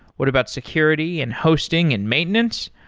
what about security and hosting and maintenance?